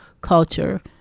culture